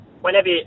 whenever